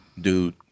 dude